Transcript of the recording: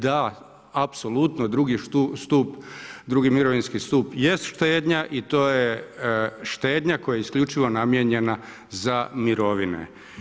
Da, apsolutno drugi mirovinski stup jest štednja i to je štednja koja je isključivo namijenjena za mirovine.